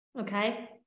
okay